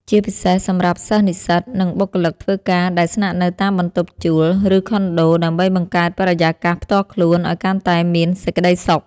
ជាពិសេសសម្រាប់សិស្សនិស្សិត និងបុគ្គលិកធ្វើការដែលស្នាក់នៅតាមបន្ទប់ជួល ឬខុនដូ ដើម្បីបង្កើតបរិយាកាសផ្ទាល់ខ្លួនឱ្យកាន់តែមានសេចក្ដីសុខ។